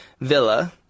villa